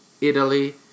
Italy